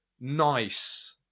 nice